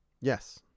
Yes